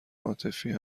عاطفی